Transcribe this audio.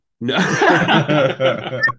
No